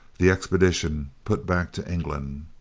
the expedition put back to england.